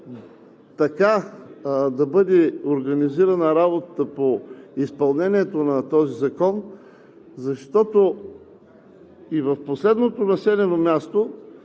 така да бъде организирана работата по изпълнението на този закон, защото и в последното населено място